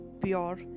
pure